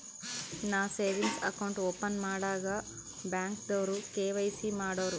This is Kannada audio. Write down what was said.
ನಾ ಸೇವಿಂಗ್ಸ್ ಅಕೌಂಟ್ ಓಪನ್ ಮಾಡಾಗ್ ಬ್ಯಾಂಕ್ದವ್ರು ಕೆ.ವೈ.ಸಿ ಮಾಡೂರು